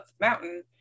mountain